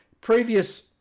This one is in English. Previous